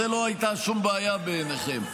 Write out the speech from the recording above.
זו לא הייתה שום בעיה בעיניכם.